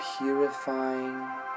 purifying